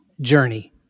Journey